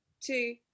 two